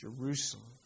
Jerusalem